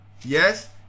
Yes